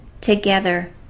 together